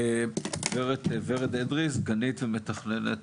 גברת ורד אדרי, מתכננת